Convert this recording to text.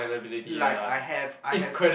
like I have I have